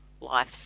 life